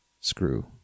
screw